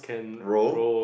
roll